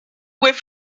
with